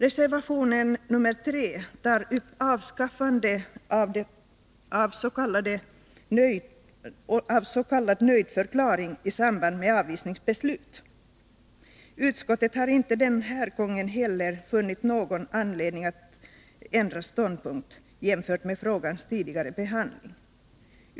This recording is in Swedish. Reservation nr 3 tar upp avskaffande av s.k. nöjdförklaring i samband med avvisningsbeslut. Utskottet har inte den här gången heller funnit någon anledning till ändrad ståndpunkt jämfört med frågans tidigare behandling.